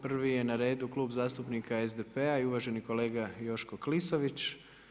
Prvi je na redu Klub zastupnika SDP-a i uvaženi kolega Joško Klisović.